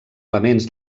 elements